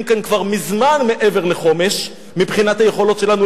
כאן כבר מזמן מעבר לחומש מבחינת היכולת שלנו,